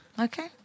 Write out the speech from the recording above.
Okay